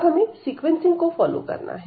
अब हमें सीक्वेंसिंग को फॉलो करना है